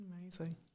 Amazing